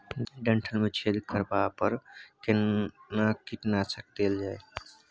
डंठल मे छेद करबा पर केना कीटनासक देल जाय?